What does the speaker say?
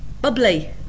bubbly